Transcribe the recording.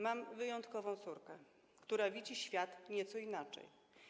Mam wyjątkową córkę, która widzi świat nieco inaczej.